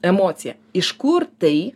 emocija iš kur tai